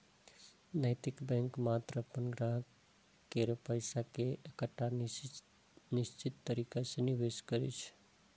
नैतिक बैंक मात्र अपन ग्राहक केर पैसा कें एकटा निश्चित तरीका सं निवेश करै छै